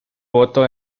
voto